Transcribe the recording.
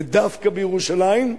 ודווקא בירושלים,